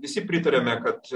visi pritariame kad